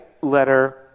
letter